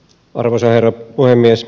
arvoisa herra puhemies